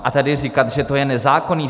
A tady říkat, že to je nezákonné.